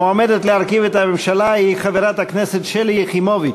המועמדת להרכיב את הממשלה היא חברת הכנסת שלי יחימוביץ.